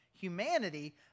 humanity